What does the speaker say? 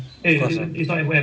of course ah